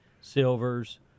silvers